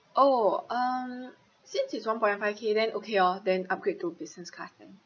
oh um since it's one point five K then okay oh then upgrade to business class